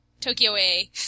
Tokyo-A